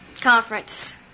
Conference